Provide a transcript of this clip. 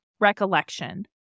recollection